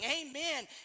amen